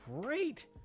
great